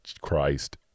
christ